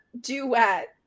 duet